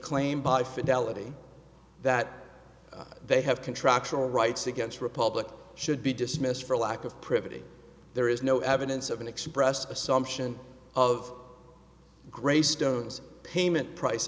claim by fidelity that they have contractual rights against republic should be dismissed for lack of privity there is no evidence of an expressed assumption of greystones payment price